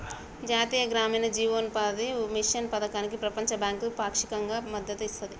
జాతీయ గ్రామీణ జీవనోపాధి మిషన్ పథకానికి ప్రపంచ బ్యాంకు పాక్షికంగా మద్దతు ఇస్తది